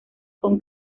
con